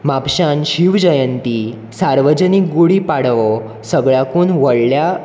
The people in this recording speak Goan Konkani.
म्हापश्यान शिव जयंती सार्वजनीक गुडी पाडवो सगळ्याकून व्हडल्या